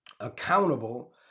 accountable